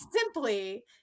simply